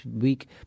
week